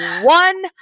one